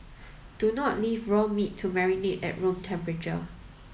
do not leave raw meat to marinate at room temperature